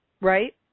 Right